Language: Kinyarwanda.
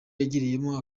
yarimo